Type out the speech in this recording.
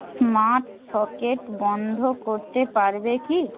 smart socket বন্ধ করতে পারবে কি